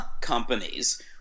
companies